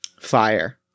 Fire